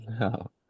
No